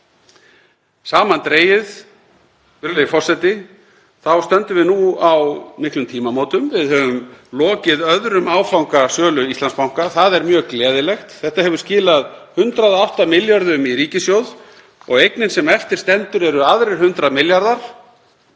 forseti, þá stöndum við nú á miklum tímamótum. Við höfum lokið öðrum áfanga sölu Íslandsbanka. Það er mjög gleðilegt. Þetta hefur skilað 108 milljörðum í ríkissjóð og eignin sem eftir stendur eru aðrir 100 milljarðar.